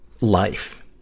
life